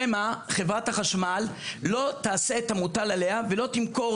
שמא חברת החשמל לא תעשה את המוטל עליה ולא תמכור